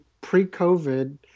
pre-covid